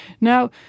Now